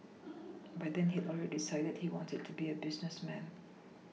by then he had already decided he wanted to be a businessman